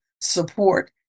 support